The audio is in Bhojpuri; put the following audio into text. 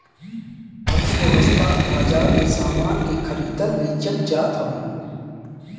अर्थव्यवस्था बाजार में सामान के खरीदल बेचल जात हवे